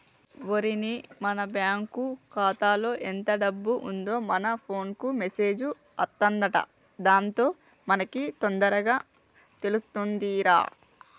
ఓరిని మన బ్యాంకు ఖాతాలో ఎంత డబ్బు ఉందో మన ఫోన్ కు మెసేజ్ అత్తదంట దాంతో మనకి తొందరగా తెలుతుందిరా